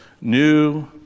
new